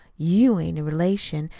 you ain't a relation,